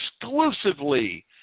exclusively